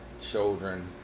children